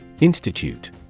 Institute